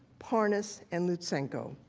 parnas and lutsenko.